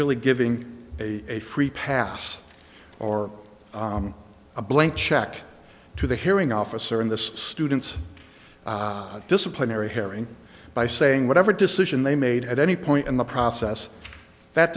really giving a a free pass or a blank check to the hearing officer in this student's disciplinary hearing by saying whatever decision they made at any point in the process that